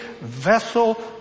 vessel